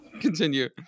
continue